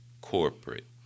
corporate